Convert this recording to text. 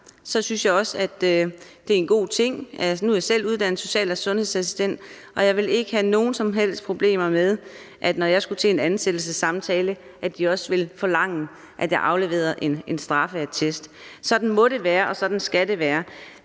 synes jeg også, at det er en god ting. Nu er jeg selv uddannet social- og sundhedsassistent, og jeg ville ikke have nogen som helst problemer med, når jeg skulle til en ansættelsessamtale, at de også ville forlange, at jeg afleverede en straffeattest. Sådan må det være, og sådan skal det være.